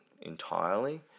entirely